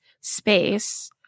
space